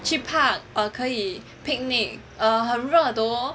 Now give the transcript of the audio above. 去 park 可以 picnic 很热 though